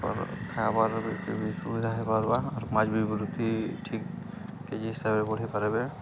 ଆଉ ଖାଇବାର୍ କେ ବି ସୁବିଧା ହେଇପାର୍ବା ଆର୍ ମାଛ୍ ବି ବୃଦ୍ଧି ଠିକ୍ କେ ଯେ ହିସାବ୍ରେ ବଢ଼େଇ ପାର୍ବେ